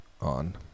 on